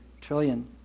trillion